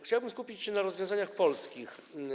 Chciałbym skupić się na rozwiązaniach polskich.